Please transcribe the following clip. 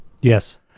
Yes